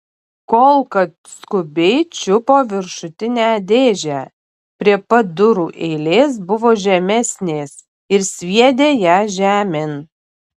kolka skubiai čiupo viršutinę dėžę prie pat durų eilės buvo žemesnės ir sviedė ją žemėn